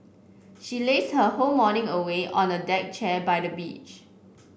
she lazed her whole morning away on a deck chair by the beach